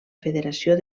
federació